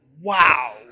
Wow